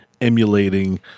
emulating